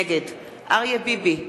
נגד אריה ביבי,